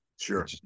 sure